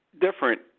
different